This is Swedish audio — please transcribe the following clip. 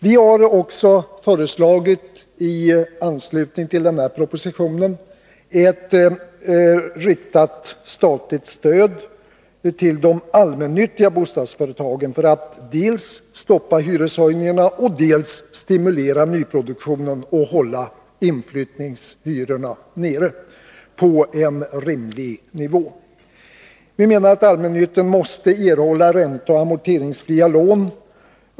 Vi har i anslutning till propositionen också föreslagit ett riktat statligt stöd till de allmännyttiga bostadsföretagen för att dels stoppa hyreshöjningarna, dels stimulera nyproduktionen och hålla inflyttningshyrorna nere på en rimlig nivå. Vi menar att allmännyttan måste erhålla ränteoch amorteringsfria lån.